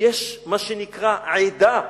יש מה שנקרא עדה.